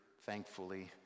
thankfully